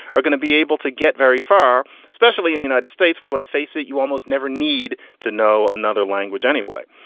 are going to be able to get very far, especially in the united states, where, let's face it, you almost never need to know another language anyway.